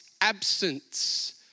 absence